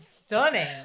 stunning